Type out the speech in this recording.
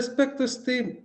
aspektas tai